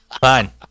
Fine